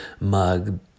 mug